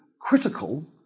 critical